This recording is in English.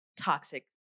toxic